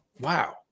Wow